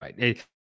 right